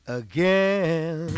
again